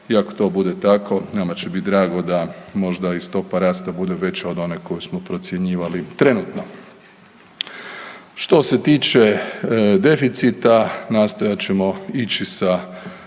ako to bude tako, nama će biti drago da možda i stopa rasta bude veća od one koju smo procjenjivali trenutno. Što se tiče deficita, nastojat ćemo ići sa